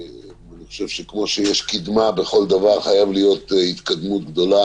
כמו שיש קידמה בכל דבר, חייבת להיות התקדמות גדולה